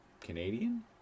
Canadian